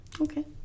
Okay